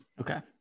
Okay